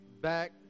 back